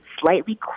slightly